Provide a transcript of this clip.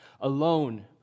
alone